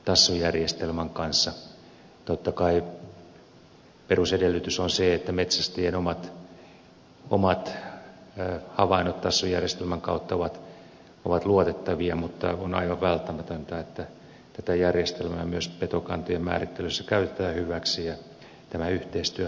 totta kai perusedellytys on se että metsästäjien omat havainnot tassu järjestelmän kautta ovat luotettavia mutta on aivan välttämätöntä että tätä järjestelmää myös petokantojen määrittelyssä käytetään hyväksi ja tämä luotettava yhteistyö eri organisaatioitten kesken myös sitten löydetään